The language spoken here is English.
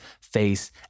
face